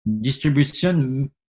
distribution